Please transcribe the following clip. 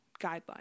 guidelines